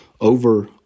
over